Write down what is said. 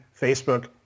Facebook